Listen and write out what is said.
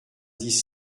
dix